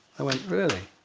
i went, really?